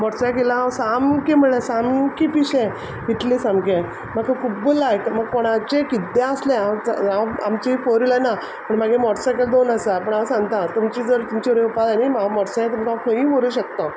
मॉटसायकला हांव सामकें म्हळ्ळ्या सामकें पिशें इतलें सामकें म्हाका खुब्ब लायक म्हाक कोणाचें किद्दें आसलें आंवच हांव आमची फोर विलर ना पूण म्हागे मॉटरसायकल दोन आसा पूण हांव सांगता तुमची जर तुमची कडे येवपा जाय न्ही हांव मॉटरसायकल तुमकां हांव खंयी व्हरूं शकता